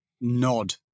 nod